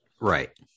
Right